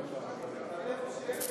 איפה שנמצא ביטן,